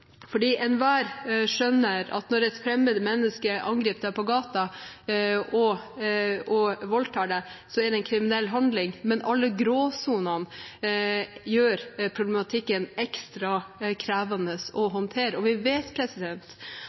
Enhver skjønner at når et fremmed menneske angriper deg på gata og voldtar deg, er det en kriminell handling, men alle gråsonene gjør problematikken ekstra krevende å håndtere. Vi vet